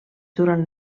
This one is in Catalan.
durant